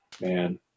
man